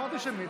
תן לי שם.